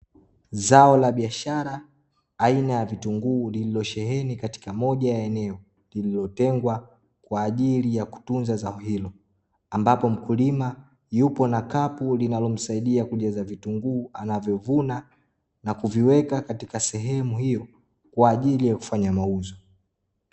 Zao la biashara aina ya vitunguu lililosheheni katika moja ya eneo lililotengwa, kwa ajili ya kutunza zao hilo, ambapo mkulima yupo na kapu linalomsaidia kujaza vitunguu anavyovuna, na kuviweka katika sehemu hiyo kwa ajili ya kufanya mauzo.